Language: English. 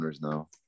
now